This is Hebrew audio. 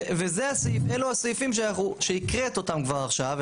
וזה הסעיף, אלו הסעיפים שהקראת אותם כבר עכשיו.